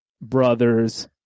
brother's